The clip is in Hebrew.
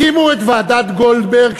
הקימו את ועדת גולדברג,